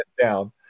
down